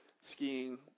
skiing